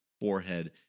forehead